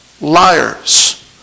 liars